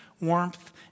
warmth